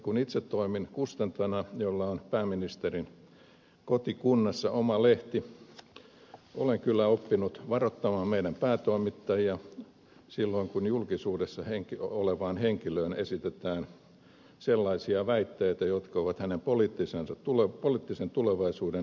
kun itse toimin kustantajana jolla on pääministerin kotikunnassa oma lehti olen kyllä oppinut varoittamaan meidän päätoimittajiamme silloin kun julkisuudessa olevasta henkilöstä esitetään sellaisia väitteitä jotka ovat hänen poliittisen tulevaisuutensa osalta vaarallisia